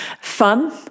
fun